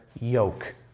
yoke